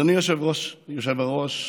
אדוני היושב-ראש,